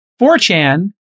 4chan